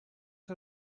her